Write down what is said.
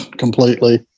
completely